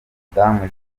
madamu